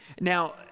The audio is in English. Now